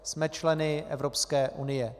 Jsme členy Evropské unie.